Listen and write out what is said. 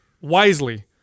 wisely